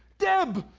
deb.